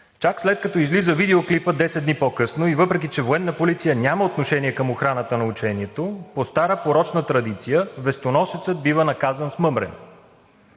Чак след като излиза видеоклипът 10 дни по-късно и въпреки че „Военна полиция“ няма отношение към охраната на учението, по стара порочна традиция вестоносецът бива наказан с мъмрене.